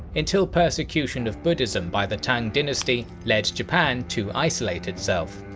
until persecution of buddhism by the tang dynasty led japan to isolate itself.